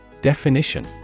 Definition